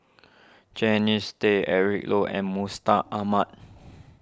Jannies Tay Eric Low and Mustaq Ahmad